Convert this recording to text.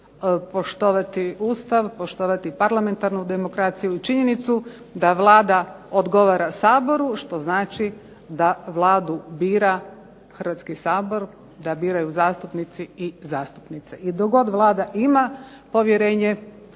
poštovati Ustav, poštovati parlamentarnu demokraciju i činjenicu da Vlada odgovara Saboru što znači da Vladu bira Hrvatski sabor, da biraju zastupnici i zastupnice. I dok god Vlada ima povjerenje